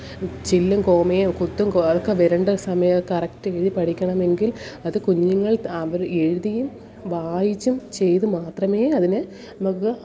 ചില്ലും കോമയും കുത്തും ഒക്കെ വരേണ്ട സമയം കറക്റ്റ് രീതിയിൽ പഠിക്കണമെങ്കിൽ അതു കുഞ്ഞുങ്ങൾ അവർ എഴുതിയും വായിച്ചും ചെയ്തും മാത്രമേ അതിനെ നമുക്ക്